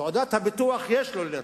את תעודת הביטוח יש לו, לנתניהו.